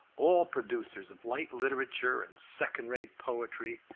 all producers of light literature and second-rate poetry,